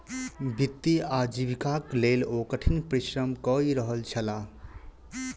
वित्तीय आजीविकाक लेल ओ कठिन परिश्रम कय रहल छलाह